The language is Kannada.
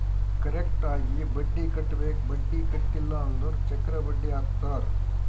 ಕರೆಕ್ಟ್ ಆಗಿ ಬಡ್ಡಿ ಕಟ್ಟಬೇಕ್ ಬಡ್ಡಿ ಕಟ್ಟಿಲ್ಲ ಅಂದುರ್ ಚಕ್ರ ಬಡ್ಡಿ ಹಾಕ್ತಾರ್